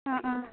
অঁ অঁ